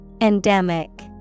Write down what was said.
Endemic